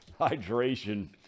hydration